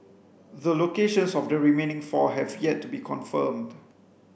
the locations of the remaining four have yet to be confirmed